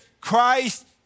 Christ